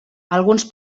alguns